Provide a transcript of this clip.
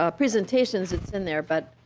ah presentations it's been there but